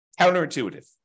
Counterintuitive